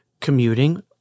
commuting